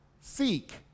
seek